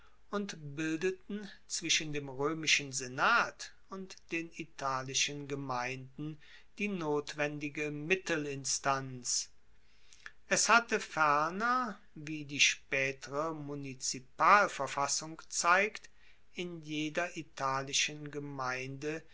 und bildeten zwischen dem roemischen senat und den italischen gemeinden die notwendige mittelinstanz es hatte ferner wie die spaetere munizipalverfassung zeigt in jeder italischen gemeinde